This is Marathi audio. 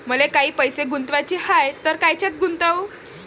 मले काही पैसे गुंतवाचे हाय तर कायच्यात गुंतवू?